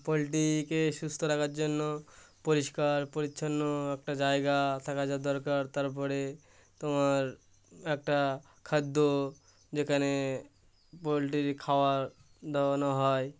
পোলট্রিকে সুস্থ রাখার জন্য পরিষ্কার পরিচ্ছন্ন একটা জায়গা থাকা হচ্ছে দরকার তার পরে তোমার একটা খাদ্য যেখানে পোলট্রির খাওয়া দাওয়ানো হয়